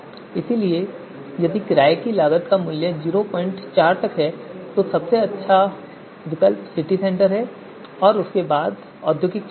इसलिए यदि किराये की लागत का मूल्य लगभग 04 तक है तो सबसे अच्छा विकल्प सिटी सेंटर है और उसके बाद यह औद्योगिक क्षेत्र है